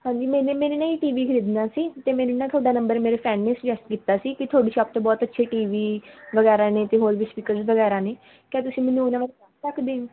ਹਾਂਜੀ ਮੈਨੇ ਮੇਰੇ ਨਾ ਜੀ ਟੀ ਵੀ ਖਰੀਦਣਾ ਸੀ ਅਤੇ ਮੈਨੂੰ ਨਾ ਤੁਹਾਡਾ ਨੰਬਰ ਮੇਰੇ ਫਰੈਂਡ ਨੇ ਸੁਜੈਸਟ ਕੀਤਾ ਸੀ ਕਿ ਤੁਹਾਡੀ ਸ਼ੋਪ ਤੋਂ ਬਹੁਤ ਅੱਛੇ ਟੀ ਵੀ ਵਗੈਰਾ ਨੇ ਅਤੇ ਹੋਰ ਵੀ ਸਪੀਕਰ ਵਗੈਰਾ ਨੇ ਕਿਆ ਤੁਸੀਂ ਮੈਨੂੰ ਉਹਨਾਂ ਬਾਰੇ ਦੱਸ ਸਕਦੇ ਹੋ